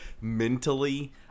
mentally